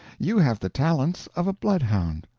you have the talents of a bloodhound.